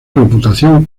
reputación